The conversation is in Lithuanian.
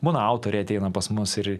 būna autoriai ateina pas mus ir